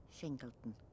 Singleton